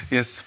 Yes